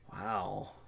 Wow